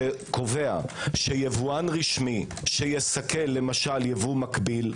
שקובע שיבואן רשמי שיסכל למשל ייבוא מגביל,